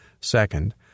Second